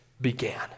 began